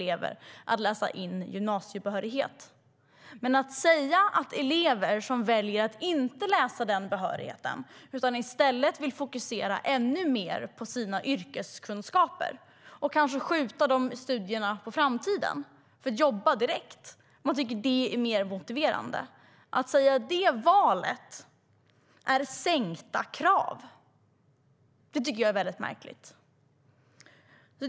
Jag tycker dock att det är väldigt märkligt att säga att det är detsamma som sänkta krav att elever kan välja att inte läsa in denna behörighet utan i stället fokusera ännu mer på sina yrkeskunskaper. De eleverna kanske vill skjuta de studierna på framtiden och i stället jobba direkt, för att de tycker att det är mer motiverande. Att säga att det valet är detsamma som sänkta krav tycker jag är mycket märkligt.